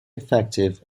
effective